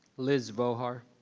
liz vohar.